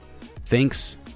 Thanks